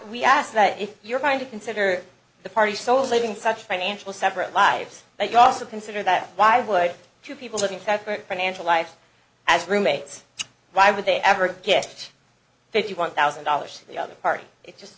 we ask that if you're going to consider the party so is leaving such financial separate lives but you also consider that why would two people living separate from and to live as roommates why would they ever get fifty one thousand dollars the other party it just